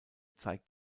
zeigt